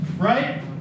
right